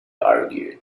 argued